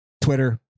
Twitter